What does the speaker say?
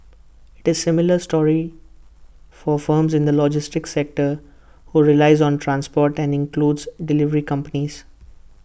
IT is A similar story for firms in the logistics sector who relies on transport and includes delivery companies